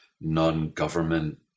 non-government